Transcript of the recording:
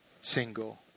single